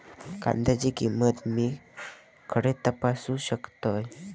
कांद्याची किंमत मी खडे तपासू शकतय?